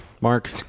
Mark